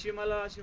yeah maila